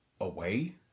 away